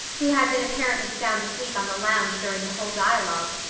who had been apparently sound asleep on the lounge during the whole dialogue,